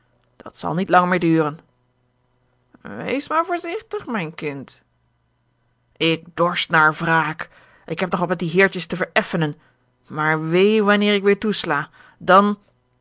dat zal niet lang meer duren wees maar voorzigtig mijn kind ik dorst naar wraak ik heb nog wat met die heertjes te vereffenen maar wee wanneer ik weêr toesla dan